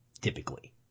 typically